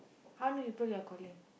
how many people your calling